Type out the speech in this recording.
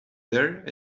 there